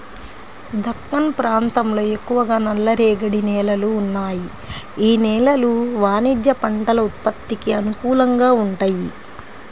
దక్కన్ ప్రాంతంలో ఎక్కువగా నల్లరేగడి నేలలు ఉన్నాయి, యీ నేలలు వాణిజ్య పంటల ఉత్పత్తికి అనుకూలంగా వుంటయ్యి